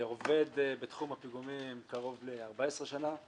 עובד בתחום הפיגומים קרוב ל-14 שנה,